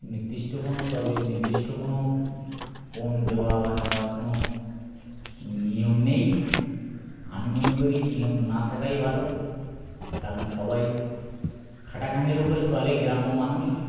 নির্দিষ্ট কোনো তবে নির্দিষ্ট কোনো পণ দেওয়া বা নেওয়ার কোনো নিয়ম নেই আমি মনে করি নিয়ম না থাকাই ভালো কারণ সবাই খাটাখাটনির ওপরে চলে গ্রাম্য মানুষ